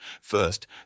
First